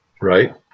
Right